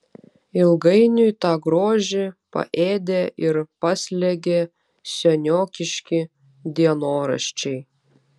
ilgainiui tą grožį paėdė ir paslėgė seniokiški dienoraščiai